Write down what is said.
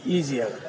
ಈಸಿಯಾಗುತ್ತೆ